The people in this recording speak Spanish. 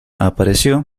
apareció